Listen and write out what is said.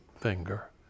finger